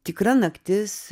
tikra naktis